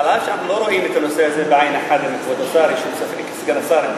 אף שאנחנו לא רואים את הנושא הזה עין בעין עם כבוד סגן השר,